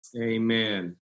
Amen